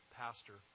pastor